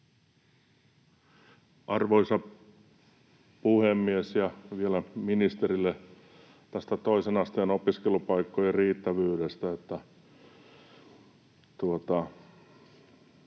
Arvoisa puhemies! Vielä ministerille tästä toisen asteen opiskelupaikkojen riittävyydestä.